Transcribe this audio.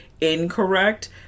incorrect